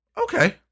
okay